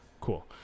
cool